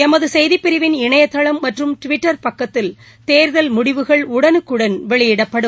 எமது செய்தி பிரிவின் இணையதளம் மற்றும் டிவிட்டர் பக்கத்தில் தேர்தல் முடிவுகள் உடனுக்குடன் வெளியிடப்படும்